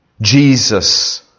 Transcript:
Jesus